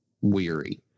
weary